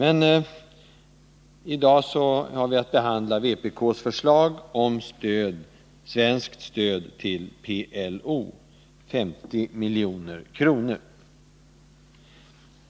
I dag har vi att behandla vpk:s förslag om 50 milj.kr. i svenskt stöd till PLO.